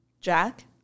Jack